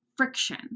Friction